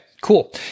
cool